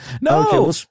no